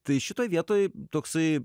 tai šitoj vietoj toksai